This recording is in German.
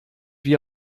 wie